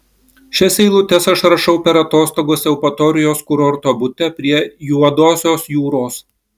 šias eilutes aš rašau per atostogas eupatorijos kurorto bute prie juodosios jūros